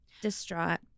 Distraught